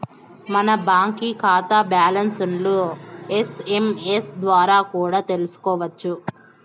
మన బాంకీ కాతా బ్యాలన్స్లను ఎస్.ఎమ్.ఎస్ ద్వారా కూడా తెల్సుకోవచ్చు